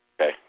Okay